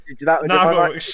No